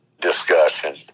discussion